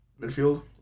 midfield